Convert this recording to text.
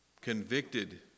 convicted